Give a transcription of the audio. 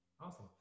Awesome